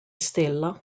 stella